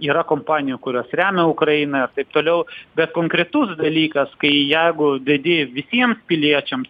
yra kompanijų kurios remia ukrainą ir taip toliau bet konkretus dalykas kai jeigu dedi visiems piliečiams